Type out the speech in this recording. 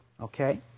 Okay